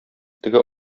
теге